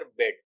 bed